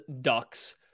ducks